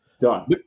Done